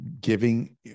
giving